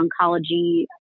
oncology